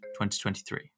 2023